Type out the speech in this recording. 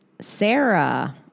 Sarah